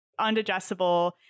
undigestible